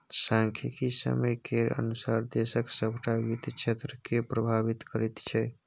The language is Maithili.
सांख्यिकी समय केर अनुसार देशक सभटा वित्त क्षेत्रकेँ प्रभावित करैत छै